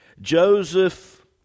Joseph